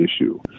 issue